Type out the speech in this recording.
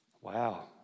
Wow